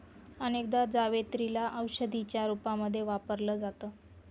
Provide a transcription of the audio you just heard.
अनेकदा जावेत्री ला औषधीच्या रूपामध्ये वापरल जात